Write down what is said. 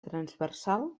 transversal